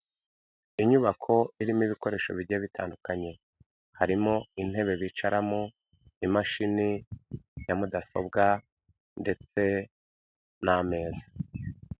Inyubako irimo ibikoresho bigiye bitandukanye harimo intebe bicaramo, imashini ya mudasobwa ndetse n'ameza.